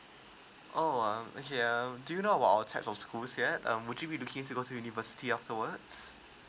oh um okay um do you know about our types of schools yet um would you be looking to go to university afterwards